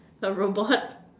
a robot